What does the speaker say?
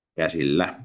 käsillä